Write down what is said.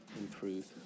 improve